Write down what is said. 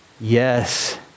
Yes